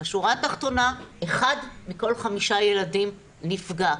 בשורה התחתונה, אחד מכל חמישה ילדים נפגע.